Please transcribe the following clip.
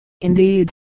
indeed